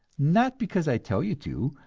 not because i tell you to,